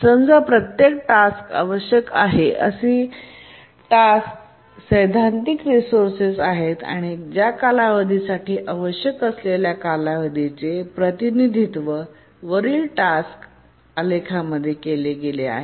समजा प्रत्येक टास्के आवश्यक आहेत अशी टास्के आणि सैद्धांतिक रिसोर्सेस आहेत आणि ज्या कालावधीसाठी आवश्यक असलेल्या कालावधीचे प्रतिनिधित्व वरील टास्क आलेखामध्ये केले गेले आहे